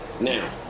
Now